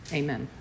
amen